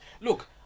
look